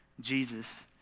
Jesus